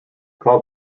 call